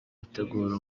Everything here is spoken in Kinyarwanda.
gutegura